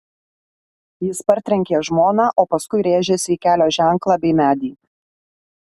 jis partrenkė žmoną o paskui rėžėsi į kelio ženklą bei medį